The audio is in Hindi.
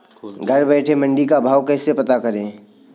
घर बैठे मंडी का भाव कैसे पता करें?